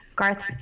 Garth